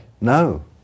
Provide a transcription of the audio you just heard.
No